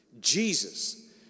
Jesus